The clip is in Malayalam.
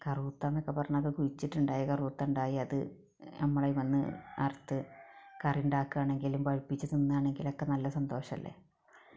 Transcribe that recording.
കറൂത്താന്നൊക്കെ പറഞ്ഞാൽ ഒക്കെ കുഴിച്ചിട്ടുണ്ടായി അതിന്മേൽ കറൂത്ത ഉണ്ടായി അത് നമ്മൾ അതിൻമേൽ നിന്ന് അറുത്ത് കറിണ്ടാക്കാണെങ്കിലും പഴുപ്പിച്ച് തിന്നാനാണെങ്കിലുമൊക്കെ നല്ല സന്തോഷമല്ലെ